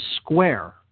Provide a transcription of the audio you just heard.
square